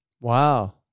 Wow